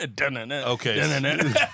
Okay